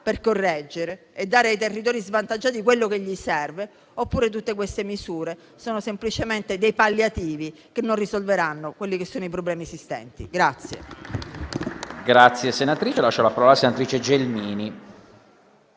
per correggere e dare ai territori svantaggiati quello che serve loro, oppure tutte queste misure sono semplicemente dei palliativi che non risolveranno i problemi esistenti.